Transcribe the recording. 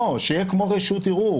לא, שיהיה כמו רשות ערעור.